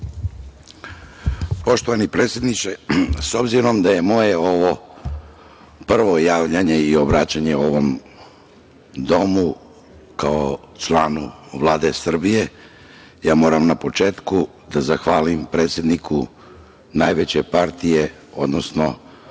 Poštovani predsedniče, s obzirom, da je ovo moje prvo javljanje i obraćanje ovom domu kao članu Vlade Srbije, ja moram na početku da zahvalim predsedniku najveće partije, odnosno